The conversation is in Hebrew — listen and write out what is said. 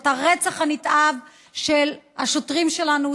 את הרצח הנתעב של השוטרים שלנו,